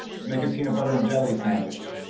to make a peanut butter and jelly sandwich.